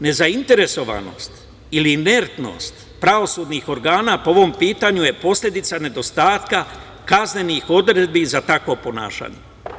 Nezainteresovanost ili inertnost pravosudnih organa po ovom pitanju je posledica nedostatka kaznenih odredbi za takvo ponašanje.